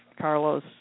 Carlos